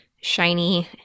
shiny